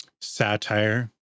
satire